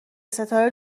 ستاره